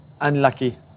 unlucky